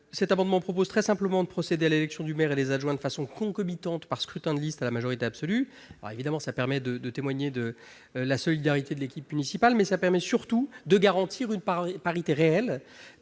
Nous proposons très simplement de procéder à l'élection du maire et des adjoints de façon concomitante par scrutin de liste à la majorité absolue. C'est une manière non seulement de témoigner de la solidarité de l'équipe municipale, mais surtout de garantir une parité réelle,